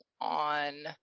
on